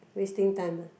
wasting time lah